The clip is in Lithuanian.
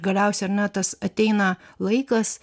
galiausiai ar ne tas ateina laikas